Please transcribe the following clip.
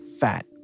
fat